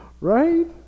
Right